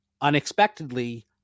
Unexpectedly